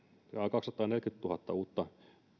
kaksisataaneljäkymmentätuhatta uutta